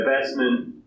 investment